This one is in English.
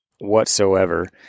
whatsoever